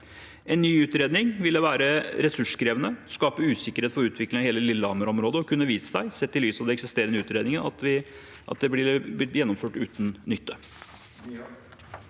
En ny utredning ville vært ressurskrevende, skapt usikkerhet for utvikling av hele Lillehammer-området og kunne vist seg, sett i lys av de eksisterende utredninger, å bli gjennomført uten nytte.